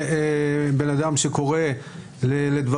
שבה אנו נמצאים אחרי ארבע שנים של